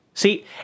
See